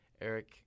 Eric